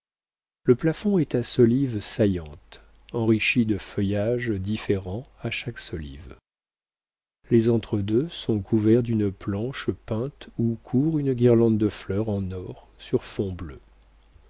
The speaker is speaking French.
le plafond est à solives saillantes enrichies de feuillages différents à chaque solive les entre-deux sont couverts d'une planche peinte où court une guirlande de fleurs en or sur fond bleu